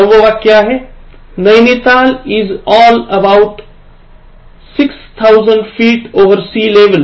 नवव वाक्य Nainital is all about 6000 feet over sea level